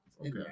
okay